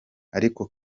ariko